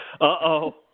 Uh-oh